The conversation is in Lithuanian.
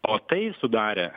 o tai sudarė